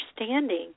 understanding